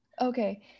Okay